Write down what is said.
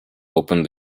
opened